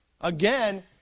again